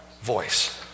voice